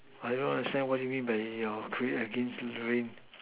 I don't understand what you mean by your create against in the rain